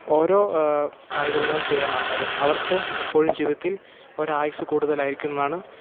ഓരോ കായിക വിനോദം ചെയ്യുന്നാൾക്കാരും അവർക്ക് എപ്പോഴും ജീവിതത്തിൽ ഒരായുസ്സ് കൂടുതലായിരിക്കുന്നതാണ്